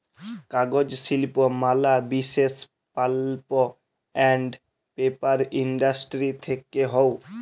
কাগজ শিল্প ম্যালা বিসেস পাল্প আন্ড পেপার ইন্ডাস্ট্রি থেক্যে হউ